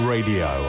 Radio